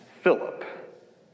Philip